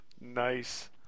Nice